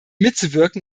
mitzuwirken